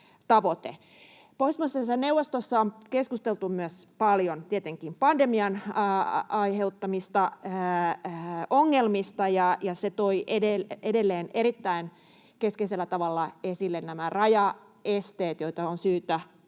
Pohjoismaiden neuvostossa on keskusteltu paljon tietenkin myös pandemian aiheuttamista ongelmista, ja se toi edelleen erittäin keskeisellä tavalla esille nämä rajaesteet, joita on syytä